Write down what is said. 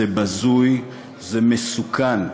זה בזוי, זה מסוכן.